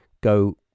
go